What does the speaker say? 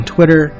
Twitter